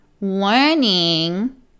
learning